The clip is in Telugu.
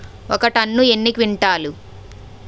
ఒక టన్ను ఎన్ని క్వింటాల్లు?